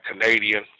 Canadian